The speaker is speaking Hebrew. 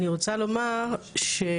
אני רוצה לומר שאנחנו,